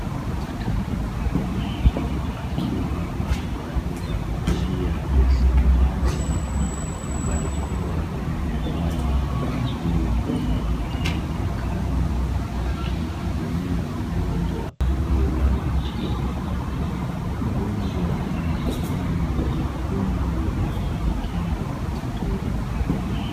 Daktari wa meno akiwa amevalia kofia ya samawati, barakoa na miwani maalum. Anaonekana akimhudumia mgonjwa aliyelala chini. Mgonjwa ana miwani miekundu ya kujikinga machoni.